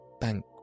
bank